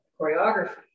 choreography